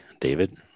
David